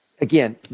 Again